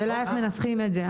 השאלה איך מנסחים את זה.